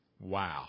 Wow